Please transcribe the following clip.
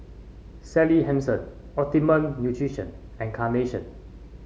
Sally Hansen Optimum Nutrition and Carnation